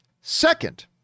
Second